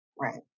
Right